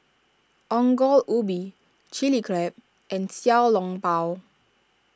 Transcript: Ongol Ubi Chilli Crab and Xiao Long Bao